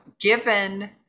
given